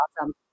awesome